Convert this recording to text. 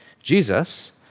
Jesus